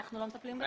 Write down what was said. אנחנו לא מטפלים בזה.